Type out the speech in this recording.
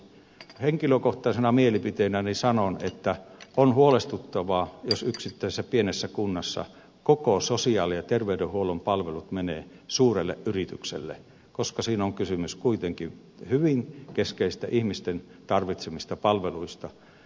henkilökohtaisena mielipiteenäni sanon että on huolestuttavaa jos yksittäisessä pienessä kunnassa koko sosiaali ja terveydenhuollon palvelut menevät suurelle yritykselle koska siinä on kysymys kuitenkin hyvin keskeisistä ihmisten tarvitsemista palveluista